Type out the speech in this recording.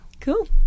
cool